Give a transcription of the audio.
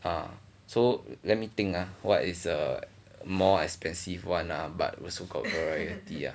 ah so let me think ah what is a more expensive one lah but also got variety